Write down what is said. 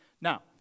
Now